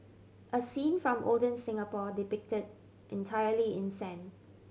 a scene from olden Singapore depicted entirely in sand